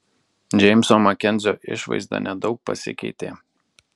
džeimso makenzio išvaizda nedaug pasikeitė